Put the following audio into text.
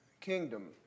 kingdom